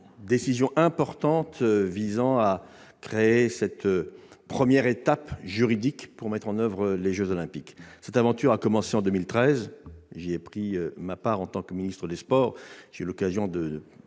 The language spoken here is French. décision importante visant à créer la première étape juridique de la mise en oeuvre des jeux Olympiques. Cette aventure a commencé en 2013, et j'y ai pris toute ma part en tant que ministre des sports. J'ai eu l'occasion,